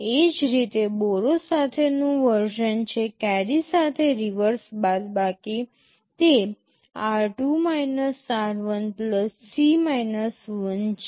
એ જ રીતે બોરો સાથેનું એક વર્ઝન છે કેરી સાથે રિવર્સ બાદબાકી તે r2 r1 C 1 છે